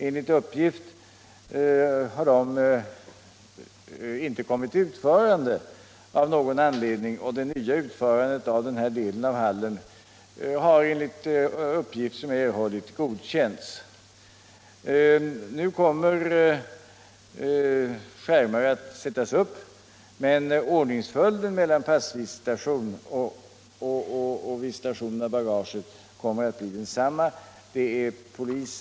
Enligt uppgift har de av någon anledning inte kommit till utförande. Den nya utformningen av denna del av hallen har, enligt uppgifter som jag erhållit, godkänts. Nu kommer skärmar att sättas upp. Men ordningsföljden mellan passkontrollen och bagagevisitationen kommer att bli densamma.